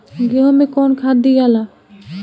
गेहूं मे कौन खाद दियाला?